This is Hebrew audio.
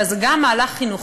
אלא זה גם מהלך חינוכי.